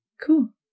Cool